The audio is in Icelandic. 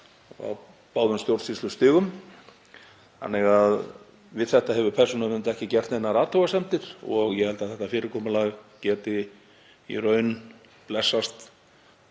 á báðum stjórnsýslustigum. Við þetta hefur Persónuvernd ekki gert neinar athugasemdir og ég held að þetta fyrirkomulag geti í raun blessast